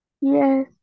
Yes